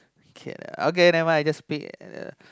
okay never mind just ah